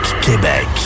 Québec